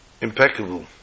impeccable